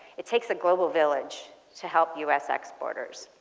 it takes a global village to help u s. exporters.